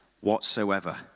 whatsoever